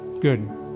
good